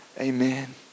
Amen